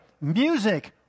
music